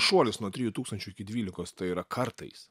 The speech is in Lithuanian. šuolis nuo trijų tūkstančių dvylikos tai yra kartais